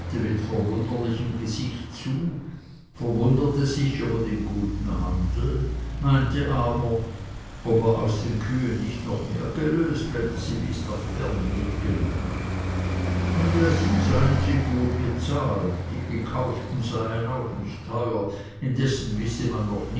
mit wunderlichem gesicht zu verwunderte sich über den guten handel meinte aber ob er aus den kühen nicht noch mehr gelöst wenn er sie bis nach bern genommen indessen seien sie gut bezahlt die gekauften seien auch nicht teuer indessen wisse man noch